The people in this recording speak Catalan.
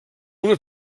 una